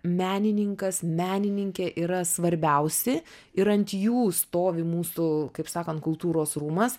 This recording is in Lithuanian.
menininkas menininkė yra svarbiausi ir ant jų stovi mūsų kaip sakant kultūros rūmas